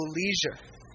leisure